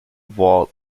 voire